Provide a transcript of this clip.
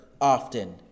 often